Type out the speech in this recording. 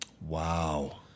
Wow